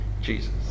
Jesus